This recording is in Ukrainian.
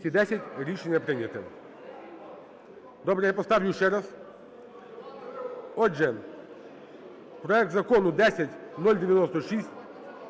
Рішення не прийнято. Добре, я поставлю ще раз. Отже, проект закону 10096